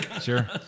Sure